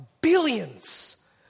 billions